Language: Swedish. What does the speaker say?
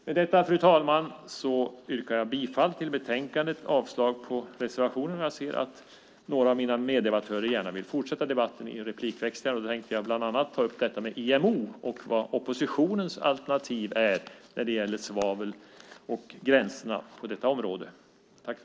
Med detta yrkar jag bifall till utskottets förslag i betänkandet och avslag på reservationerna. Jag ser att några av mina meddebattörer vill fortsätta debatten i replikväxlingar. Då tänker jag bland annat ta upp IMO och vad oppositionens alternativ när det gäller svavel och gränserna på detta område är.